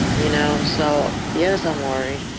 you know? so yes, i'm worried.